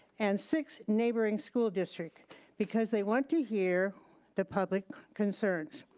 and six neighboring school districts because they want to hear the public concerns.